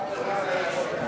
המשרד להגנת הסביבה,